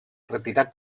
retirat